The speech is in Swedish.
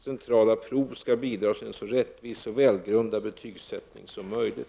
Centrala prov skall bidra till en så rättvis och välgrundad betygsättning som möjligt.